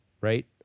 right